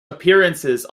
appearances